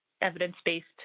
evidence-based